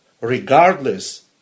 regardless